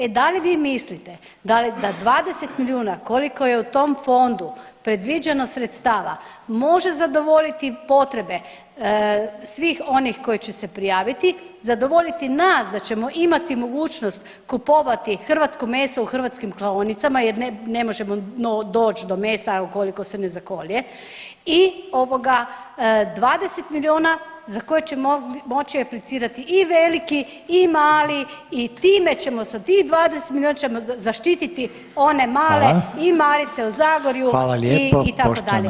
E da li vi mislite da li da 20 milijuna koliko je u tom fondu predviđeno sredstava može zadovoljiti potrebe svih onih koji će se prijaviti, zadovoljiti nas da ćemo imati mogućnost kupovati hrvatsko meso u hrvatskim klaonicama jer ne možemo doć do mesa ukoliko se ne zakolje i ovoga 20 milijuna za koje će moći aplicirati i veliki i mali i time ćemo sa tih 20 milijuna zaštiti one male i [[Upadica Reiner: Hvala.]] Male u Zagorju itd.